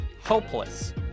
hopeless